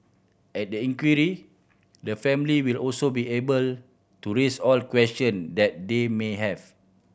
at the inquiry the family will also be able to raise all question that they may have